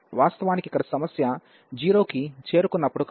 వాస్తవానికి ఇక్కడ సమస్య 0 కి చేరుకున్నప్పుడు కాదు